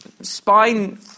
spine